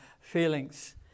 feelings